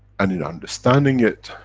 and in understanding it,